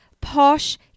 posh